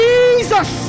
Jesus